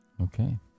Okay